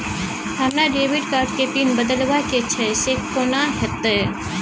हमरा debit card के pin बदलवा के छै से कोन होतै?